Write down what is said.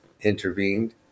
intervened